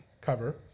cover